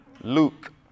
Luke